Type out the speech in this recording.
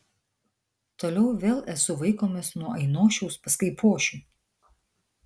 toliau vėl esu vaikomas nuo ainošiaus pas kaipošių